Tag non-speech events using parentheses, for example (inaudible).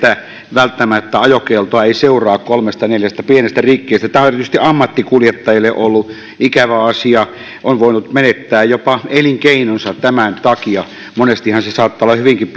välttämättä ajokieltoa ei seuraa kolmesta neljästä pienestä rikkeestä tämä on erityisesti ammattikuljettajille ollut ikävä asia on voinut menettää jopa elinkeinonsa tämän takia monestihan saattaa olla hyvinkin (unintelligible)